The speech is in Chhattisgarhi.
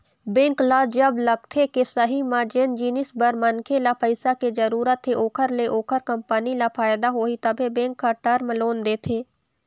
बेंक ल जब लगथे के सही म जेन जिनिस बर मनखे ल पइसा के जरुरत हे ओखर ले ओखर कंपनी ल फायदा होही तभे बेंक ह टर्म लोन देथे